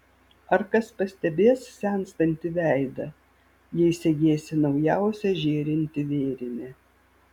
ar kas pastebės senstantį veidą jei segėsi naujausią žėrintį vėrinį